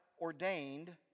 ordained